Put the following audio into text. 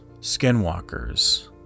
skinwalkers